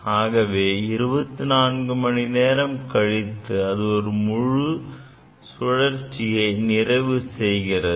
ஆகவே 24 மணி நேரம் கழித்து அது ஒரு முழு சுழற்சியை நிறைவு செய்கிறது